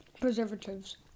preservatives